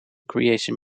creation